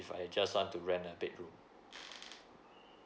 if I just want to rent a bedroom